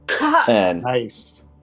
Nice